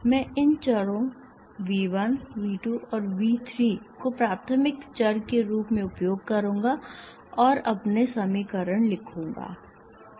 मैं इन चरों V 1 V 2 और V 3 को प्राथमिक चर के रूप में उपयोग करूंगा और अपने समीकरण लिखूंगा